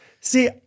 See